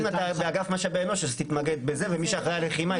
אם אתה באגף משאבי אנוש אז תתמקד בזה ומי שאחראי על לחימה יתמקד בזה.